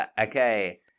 okay